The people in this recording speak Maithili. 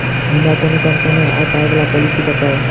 हमरा कोनो कम समय आ पाई वला पोलिसी बताई?